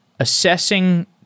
Assessing